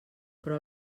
però